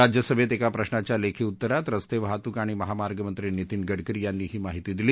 राज्यसभेत एका प्रशाच्या लेखी उत्तरात रस्ते वाहतूक आणि महामार्ग मंत्री नितीन गडकरी यांनी ही माहिती दिली